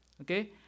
okay